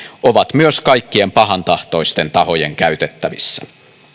ovat myös kaikkien pahantahtoisten tahojen käytettävissä